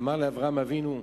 אמר לאברהם אבינו: